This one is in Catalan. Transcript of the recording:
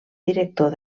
director